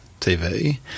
TV